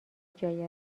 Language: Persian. جایی